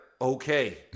okay